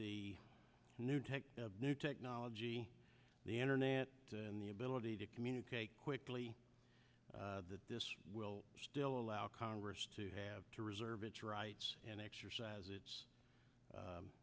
the new new technology the internet and the ability to communicate quickly that this will still allow congress to have to reserve its rights and exercise its